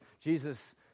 Jesus